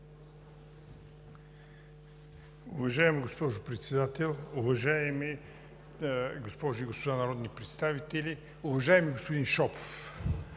Уважаема госпожо Председател, уважаеми госпожи и господа народни представители! Уважаеми господин Шопов,